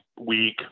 week